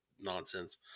nonsense